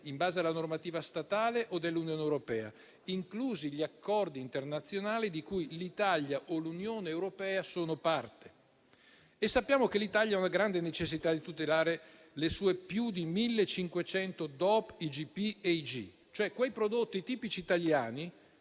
in base alla normativa statale o dell'Unione europea, inclusi gli accordi internazionali di cui l'Italia e l'Unione europea sono parte. E sappiamo che l'Italia ha una grande necessità di tutelare le sue più di 1.500 DOP, IGP e IG, cioè quei prodotti tipici italiani